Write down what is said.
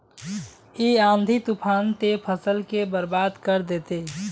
इ आँधी तूफान ते फसल के बर्बाद कर देते?